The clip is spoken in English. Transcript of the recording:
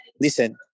Listen